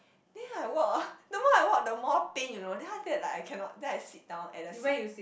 then I walk hor the more I walk the more pain you know then after that like I cannot then I sit down at the sit